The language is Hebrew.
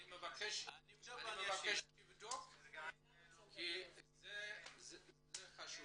אני מבקש שתבדוק כי זה חשוב.